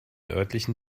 örtlichen